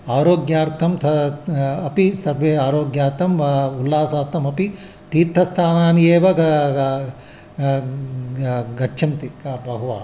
आरोग्यार्थं त अपि सर्वे आरोग्यार्थम् उल्लासार्थमपि तीर्थस्थानानि एव ग गच्छन्ति बहवः